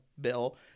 bill